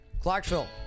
Clarksville